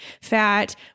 fat